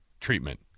treatment